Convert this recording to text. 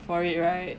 for it right